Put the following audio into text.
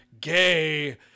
gay